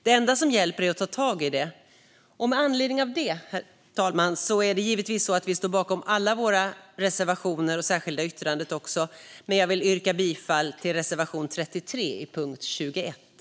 Det enda som hjälper är att ta tag i det. Herr talman! Vi står givetvis bakom alla våra reservationer och vårt särskilda yttrande, men jag yrkar bifall endast till reservation 33 under punkt 21.